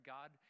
God